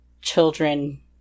children